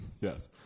Yes